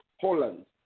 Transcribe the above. Poland